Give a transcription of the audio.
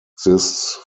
exists